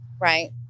Right